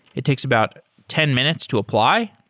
it takes about ten minutes to apply.